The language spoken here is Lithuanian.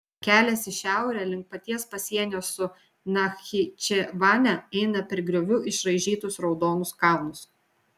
kelias į šiaurę link paties pasienio su nachičevane eina per griovų išraižytus raudonus kalnus